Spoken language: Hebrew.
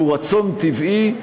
הוא רצון טבעי,